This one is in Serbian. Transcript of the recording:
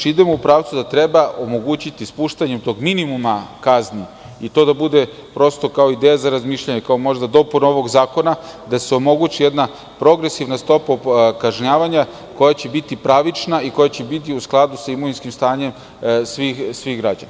Idemo u pravcu da treba omogućiti spuštanje tog minimuma kazni, i to da bude ideja za razmišljanje, kao možda dopuna ovog zakona i da se omogući jedna progresivna stopa kažnjavanja koja će biti pravična i koja će biti u skladu sa imovinskim stanjem svih građana.